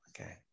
okay